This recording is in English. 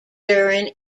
during